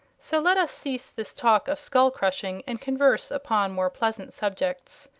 so let us cease this talk of skull crushing and converse upon more pleasant subjects.